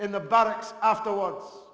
in the box afterwards